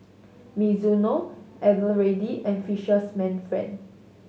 Mizuno Eveready and Fisherman's Friend